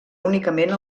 únicament